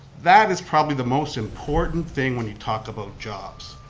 that is probably the most important thing when he talked about jobs,